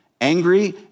angry